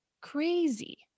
crazy